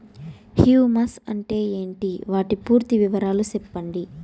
Humus అంటే ఏంటి? వాటి పూర్తి వివరాలు సెప్పండి?